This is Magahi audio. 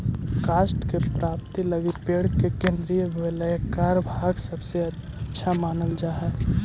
काष्ठ के प्राप्ति लगी पेड़ के केन्द्रीय वलयाकार भाग सबसे अच्छा मानल जा हई